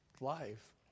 life